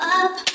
up